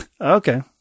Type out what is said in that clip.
Okay